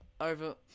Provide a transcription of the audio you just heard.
Over